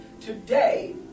today